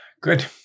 Good